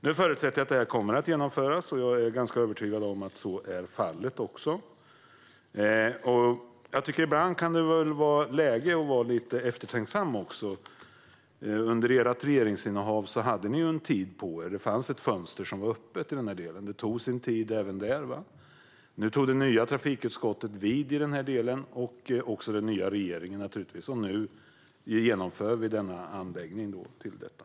Nu förutsätter jag att det här kommer att genomföras, och jag är ganska övertygad om att så också är fallet. Ibland kan det vara läge att vara lite eftertänksam. Under ert regeringsinnehav hade ni tid på er. Det fanns ett fönster som var öppet, men det tog sin tid även där. Det nya trafikutskottet och den nya regeringen tog sedan vid, och nu genomför vi detta.